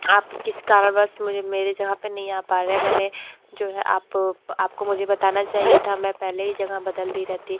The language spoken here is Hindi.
आप किस कारणवश मुझ मेरे जगह पर नहीं आ पा रहें मैंने जो है आप आप को मुझे बताना चाहिए था मैं पहले ही जगह बदल दी रहती